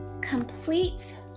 complete